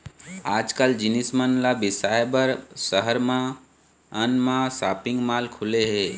आजकाल जिनिस मन ल बिसाए बर सहर मन म सॉपिंग माल खुले हे